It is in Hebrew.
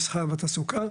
המסחר והתעסוקה,